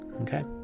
okay